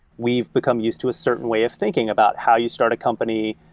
we've become used to a certain way of thinking about how you start a company?